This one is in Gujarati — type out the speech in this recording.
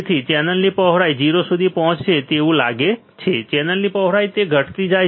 તેથી ચેનલની પહોળાઈ 0 સુધી પહોંચશે તેવું લાગે છે ચેનલની પહોળાઈ તે ઘટતી જાય છે